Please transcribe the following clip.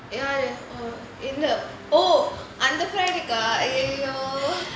oh அந்த பையனுக்கா:antha paiyanukkaa !aiyoyo!